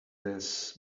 mass